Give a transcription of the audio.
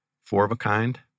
four-of-a-kind